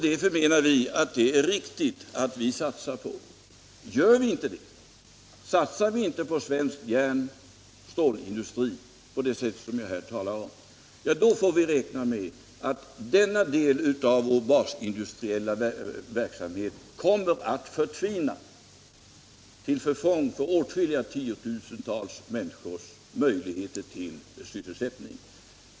Vi menar att det är riktigt att satsa på denna linje. Gör vi inte det — satsar vi inte på svensk järnoch stålindustri på det sätt som jag här talar om — får vi räkna med att denna del av vår basindustriella verksamhet kommer att förtvina, till förfång för åtskilliga 10 000-tal människors möjligheter till sysselsättning.